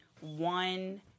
one